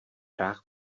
hrách